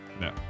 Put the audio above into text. No